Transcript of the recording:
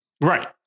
Right